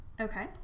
Okay